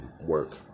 work